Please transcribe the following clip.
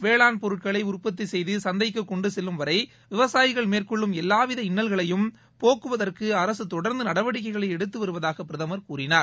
வேளாண் பொருட்களை உற்பத்தி செய்து சந்தைக்கு கொண்டு செல்லும் வரை விவசாயிகள் மேற்கொள்ளும் எல்லாவித இன்னல்களையும் போக்குவதற்கு அரசு தொடர்ந்து நடவடிக்கைகள் எடுத்து வருவதாக பிரதமர் கூறினார்